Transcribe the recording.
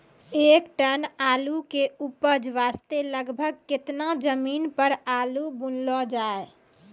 एक टन आलू के उपज वास्ते लगभग केतना जमीन पर आलू बुनलो जाय?